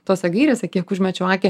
tose gairėse kiek užmečiau akį